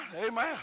amen